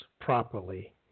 properly